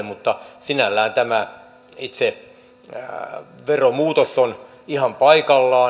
mutta sinällään tämä itse veronmuutos on ihan paikallaan